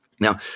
Now